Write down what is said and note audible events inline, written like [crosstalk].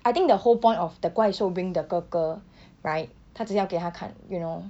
I think the whole point of the 怪兽 bring the 哥哥 [breath] right 她只要给他看 you know